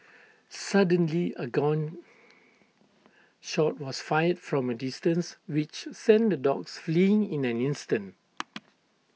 suddenly A gun shot was fired from A distance which sent the dogs fleeing in an instant